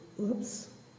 Oops